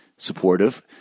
supportive